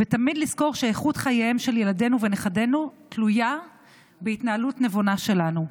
ותמיד לזכור שאיכות חייהם של ילדינו ונכדינו תלויה בהתנהלות נבונה שלנו.